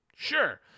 Sure